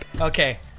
Okay